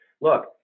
Look